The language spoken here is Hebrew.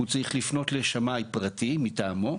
הוא צריך לפנות לשמאי פרטי מטעמו,